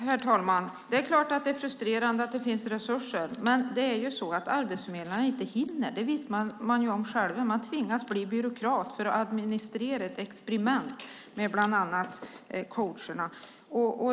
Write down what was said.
Herr talman! Det är klart att det är frustrerande att det finns resurser samtidigt som arbetsförmedlarna inte hinner med. De tvingas bli byråkrater för att administrera ett experiment med bland annat coacherna.